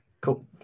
Cool